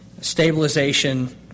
stabilization